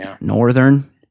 northern